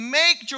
make